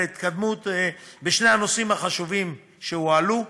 ההתקדמות בשני הנושאים החשובים שהועלו,